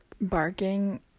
barking